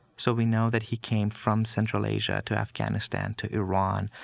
so we know that he came from central asia to afghanistan, to iran,